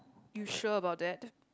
you sure about that